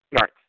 Right